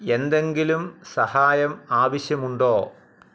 എന്തെങ്കിലും സഹായം ആവശ്യമുണ്ടോ